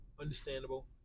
Understandable